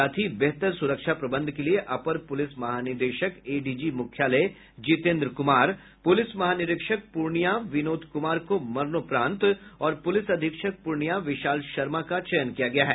साथ ही बेहतर सुरक्षा प्रबंध के लिए अपर पुलिस महानिदेशक एडीजी मुख्यालय जितेन्द्र कुमार पुलिस महानिरीक्षक पूर्णिया विनोद कुमार को मरणोपरांत और पुलिस अधीक्षक पूर्णिया विशाल शर्मा का चयन किया गया है